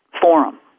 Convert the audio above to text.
forum